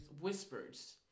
whispers